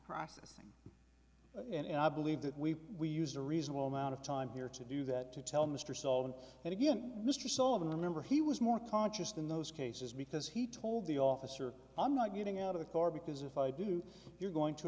processing and i believe that we we used a reasonable amount of time here to do that to tell mr solved that again mr sullivan remember he was more conscious than those cases because he told the officer i'm not getting out of the car because if i do you're going to